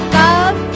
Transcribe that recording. love